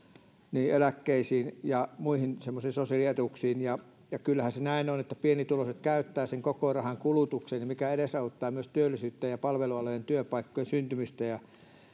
eläkkeisiin ja muihin semmoisiin sosiaalietuuksiin ja ja kyllähän se näin on että pienituloiset käyttävät sen koko rahan kulutukseen mikä edesauttaa myös työllisyyttä ja palvelualojen työpaikkojen syntymistä ja